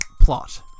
plot